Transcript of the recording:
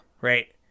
Right